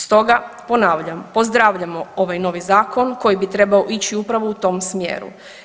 Stoga ponavljam, pozdravljamo ovaj novi zakon koji bi trebao ići upravo u tom smjeru.